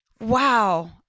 Wow